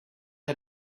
had